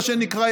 מה שנקרא,